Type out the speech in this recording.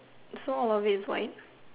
so one of it is white